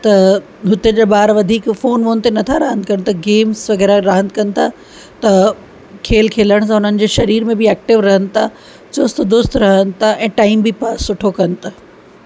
त हुते जा ॿार वधीक फ़ोन वोन ते नथा रांदि कनि त गैम्स वग़ैरह रांदि कनि था त खेल खेलण सां उन्हनि जे शरीर में बि एक्टिव रहनि था चुस्त दुरुस्त रहनि था ऐं टाइम बि पास सुठो कनि था